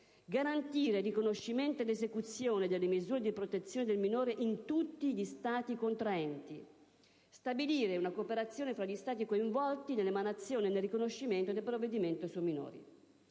garantire il riconoscimento e l'esecuzione delle misure di protezione del minore in tutti gli Stati contraenti; stabilire una cooperazione fra gli Stati coinvolti nell'emanazione e nel riconoscimento dei provvedimenti su minori.